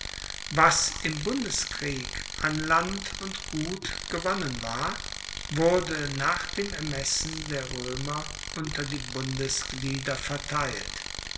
was im bundeskrieg an land und gut gewonnen war wurde nach dem ermessen der roemer unter die bundesglieder verteilt